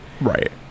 Right